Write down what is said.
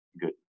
good